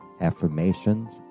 affirmations